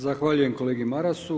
Zahvaljujem kolegi Marasu.